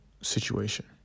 situation